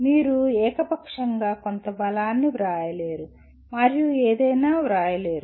మీరు ఏకపక్షంగా కొంత బలాన్ని వ్రాయలేరు మరియు ఏదైనా వ్రాయలేరు